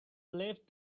left